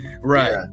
Right